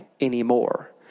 anymore